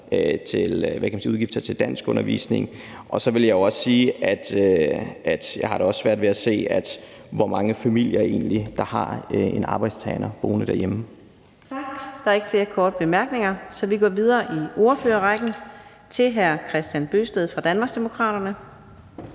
og udgifter til danskundervisning. Så vil jeg jo da også sige, at jeg har svært ved at se, hvor mange familier der egentlig har en arbejdstager boende derhjemme. Kl. 15:26 Fjerde næstformand (Karina Adsbøl): Tak. Der er ikke flere korte bemærkninger. Så vi går videre i ordførerrækken til hr. Kristian Bøgsted fra Danmarksdemokraterne.